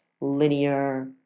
linear